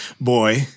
boy